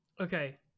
Okay